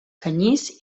canyís